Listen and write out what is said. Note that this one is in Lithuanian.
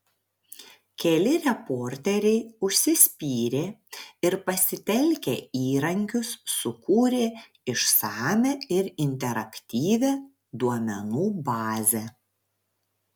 keli reporteriai užsispyrė ir pasitelkę įrankius sukūrė išsamią ir interaktyvią duomenų bazę